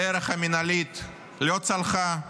הדרך המנהלית לא צלחה,